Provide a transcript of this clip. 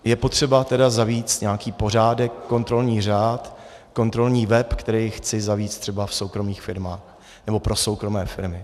Je potřeba tedy zavést nějaký pořádek, kontrolní řád, kontrolní web, který chci zavést třeba v soukromých firmách nebo pro soukromé firmy.